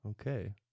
Okay